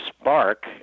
spark